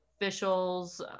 officials